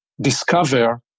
discover